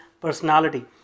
personality